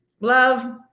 love